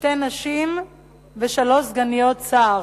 שתי נשים ושלוש סגניות שרים.